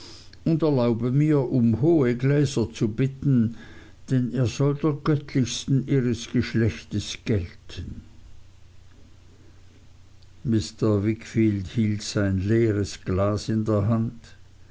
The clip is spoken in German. erlaube mir um hohe gläser zu bitten denn er soll der göttlichsten ihres geschlechtes gelten mr wickfield hielt sein leeres glas in der hand